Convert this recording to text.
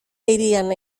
hirian